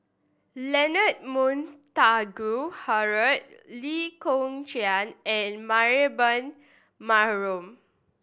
Leonard Montague Harrod Lee Kong Chian and Mariam